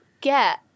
get